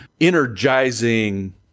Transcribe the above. Energizing